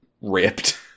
ripped